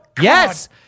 Yes